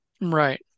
right